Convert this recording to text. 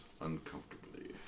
uncomfortably